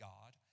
God